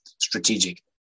strategic